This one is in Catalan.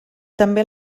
també